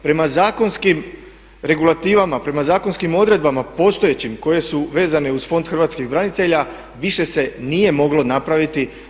Prema zakonskim regulativama, prema zakonskim odredbama postojećim koje su vezane uz Fond Hrvatskih branitelja više se nije moglo napraviti.